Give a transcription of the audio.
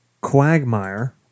Quagmire